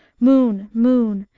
moon, moon,